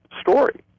story